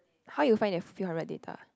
how you find that few hundred data